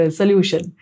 solution